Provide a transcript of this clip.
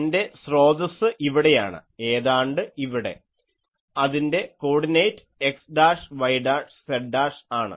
എൻറെ സ്രോതസ്സ് ഇവിടെയാണ് ഏതാണ്ട് ഇവിടെ അതിൻ്റെ കോർഡിനേറ്റ് xyz ആണ്